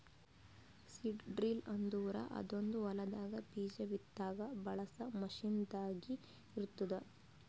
seed drill ಅಂದುರ್ ಅದೊಂದ್ ಹೊಲದಾಗ್ ಬೀಜ ಬಿತ್ತಾಗ್ ಬಳಸ ಮಷೀನ್ ದಾಗ್ ಇರ್ತ್ತುದ